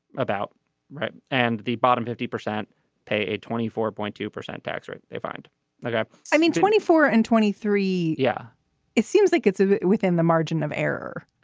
about right. and the bottom fifty percent pay a twenty four point two percent tax rate they find like i i mean twenty four and twenty three. yeah it seems like it's within the margin of error.